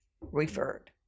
referred